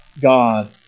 God